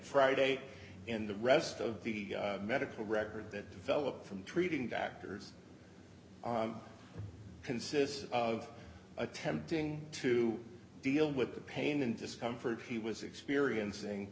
friday and the rest of the medical record that developed from treating doctors consists of attempting to deal with the pain and discomfort he was experiencing